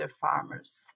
farmers